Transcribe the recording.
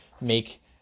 make